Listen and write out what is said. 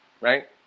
right